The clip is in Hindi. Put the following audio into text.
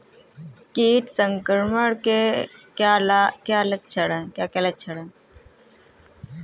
कीट संक्रमण के क्या क्या लक्षण हैं?